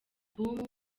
album